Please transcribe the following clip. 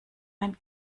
ein